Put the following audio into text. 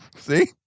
See